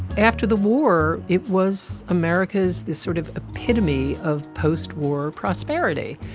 after the war, it was america's this sort of epitome of postwar prosperity.